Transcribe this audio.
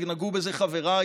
ונגעו בזה חבריי,